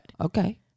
okay